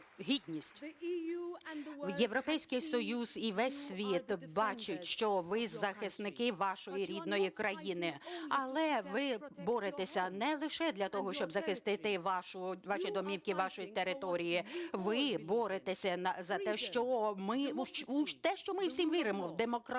Європейський Союз і весь світ бачать, що ви захисники вашої рідної країни, але ви боретеся не лише для того, щоб захистити ваші домівки вашої території. Ви боретеся за те, у що ми всі віримо – в демократію,